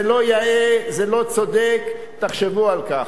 זה לא יאה, זה לא צודק, תחשבו על כך.